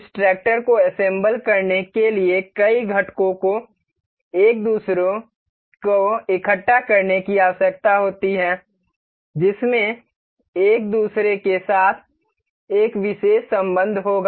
इस ट्रैक्टर को असेंबल करने के लिए कई घटकों को एक दूसरे को इकट्ठा करने की आवश्यकता होती है जिसमें एक दूसरे के साथ एक विशेष संबंध होगा